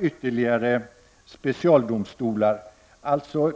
ytterligare specialdomstolar inte skall behövas.